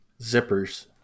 zippers